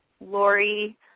Lori